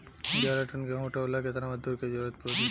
ग्यारह टन गेहूं उठावेला केतना मजदूर के जरुरत पूरी?